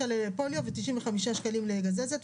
שהיא כ-95 שקלים.